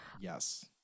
Yes